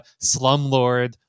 slumlord